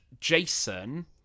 jason